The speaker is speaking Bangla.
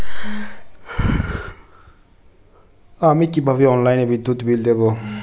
আমি কিভাবে অনলাইনে বিদ্যুৎ বিল দেবো?